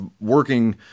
working